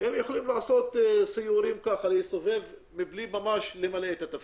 הם יכולים להסתובב בלי ממש למלא את התפקיד.